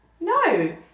no